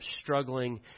struggling